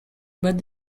but